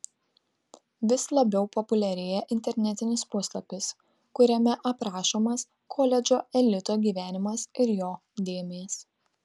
vis labiau populiarėja internetinis puslapis kuriame aprašomas koledžo elito gyvenimas ir jo dėmės